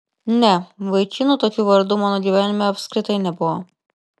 ne vaikinų tokiu vardu mano gyvenime apskritai nebuvo